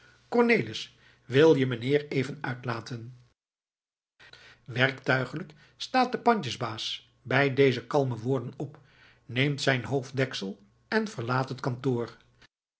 cornelis wil je mijnheer even uitlaten werktuigelijk staat de pandjesbaas bij deze kalme woorden op neemt zijn hoofddeksel en verlaat het kantoor